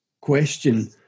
question